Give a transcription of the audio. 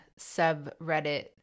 subreddit